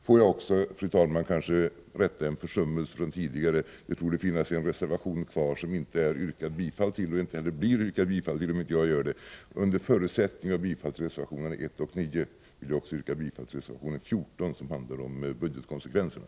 Får jag också, fru talman, rätta en försummelse från tidigare inlägg. Det torde finnas en reservation kvar som inte har yrkats bifall till och som det inte heller kommer att yrkas bifall till, om inte jag gör det. Under förutsättning av bifall till reservationerna 1 och 9 vill jag yrka bifall också till reservation 14, som handlar om budgetkonsekvenserna.